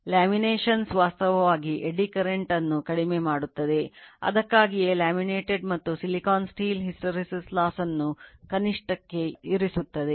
Core material ವನ್ನು ಕನಿಷ್ಠಕ್ಕೆ ಇರಿಸುತ್ತದೆ